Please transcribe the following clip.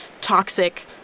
toxic